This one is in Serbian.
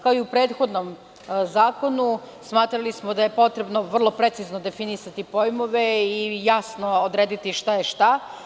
Kao i u prethodnom zakonu, smatrali smo da je potrebno vrlo precizno definisati pojmove i jasno odrediti šta je šta.